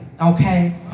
Okay